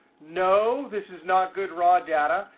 no, this is not good raw data.